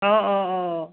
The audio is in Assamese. অ অ অ